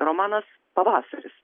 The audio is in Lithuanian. romanas pavasaris